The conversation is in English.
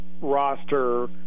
roster